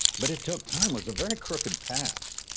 but it took time, was a very crooked path,